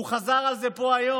הוא חזר על זה פה היום: